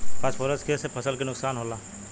Phosphorus के से फसल के का नुकसान होला?